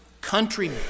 country